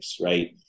right